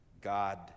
God